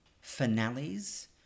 finales